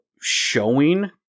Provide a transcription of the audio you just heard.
showing